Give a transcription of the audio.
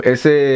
Ese